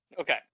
Okay